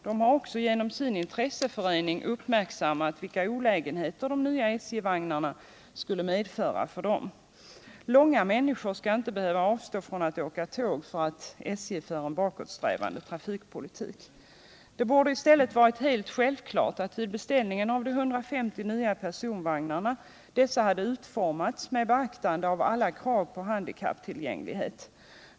Dessa har genom sin intresseförening uppmärksammat vilka olägenheter de nya SJ-vagnarna skulle medföra för dem. Långa människor skall inte behöva avstå från att åka tåg för att SJ för en bakåtsträvande trafikpolitik. Det borde i stället ha varit helt självklart att vid beställningen av de 150 nya personvagnarna se till att dessa skulle utformas med beaktande av alla krav på handikapptillgänglighet.